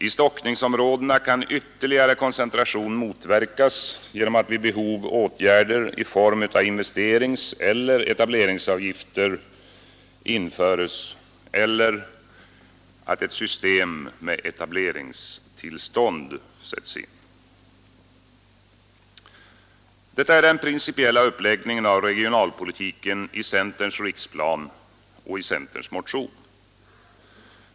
I stockningsområdena kan ytterligare koncentration motverkas genom att vid behov åtgärder i form av investeringseller etableringsavgifter eller ett system med etableringstillstånd sätts in. Detta är den principiella uppläggningen av regionalpolitiken i centerns riksplan och vår motion.